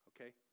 okay